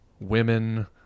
women